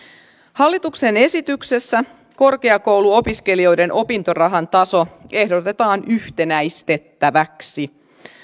hallituksen esityksessä korkeakouluopiskelijoiden opintorahan taso ehdotetaan yhtenäistettäväksi